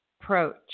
approach